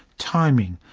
timing,